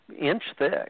inch-thick